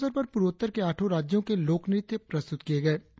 इस अवसर पर पूर्वोत्तर के आठो राज्यों कें लोकनृत्य प्रदर्शित किए गए